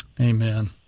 Amen